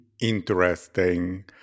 interesting